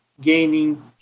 gaining